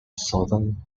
southern